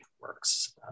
works